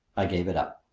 i gave it up.